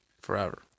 Forever